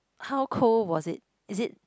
how cold was it is it